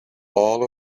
all